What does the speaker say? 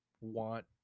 want